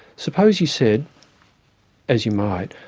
suppose you said as you might,